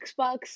Xbox